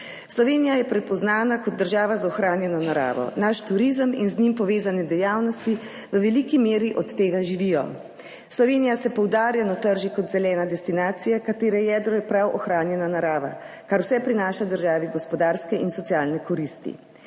Slovenija je prepoznana kot država z ohranjeno naravo, naš turizem in z njim povezane dejavnosti v veliki meri od tega živijo. Slovenija se poudarjeno trži kot zelena destinacija, katere jedro je prav ohranjena narava, kar vse prinaša državi gospodarske in socialne koristi.